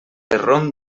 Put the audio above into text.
rom